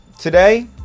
today